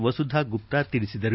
ವಸುಧಾ ಗುಪ್ತ ತಿಳಿಸಿದರು